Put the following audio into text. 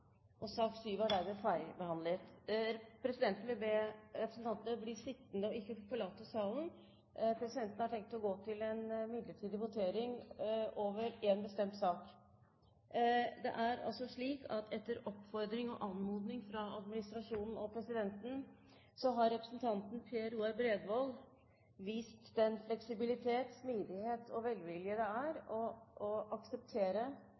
Presidenten vil be representantene om å bli sittende og ikke forlate salen. Presidenten har tenkt å gå til en midlertidig votering over én bestemt sak. Det er slik at etter oppfordring og anmodning fra administrasjonen og presidenten har representanten Per Roar Bredvold vist den fleksibilitet, smidighet og velvilje det er å akseptere